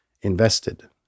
invested